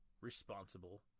responsible